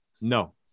No